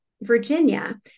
Virginia